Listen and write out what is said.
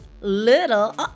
little